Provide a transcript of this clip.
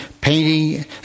painting